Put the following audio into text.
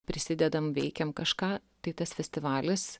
prisidedam veikiam kažką tai tas festivalis